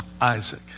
Isaac